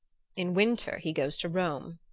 in winter he goes to rome.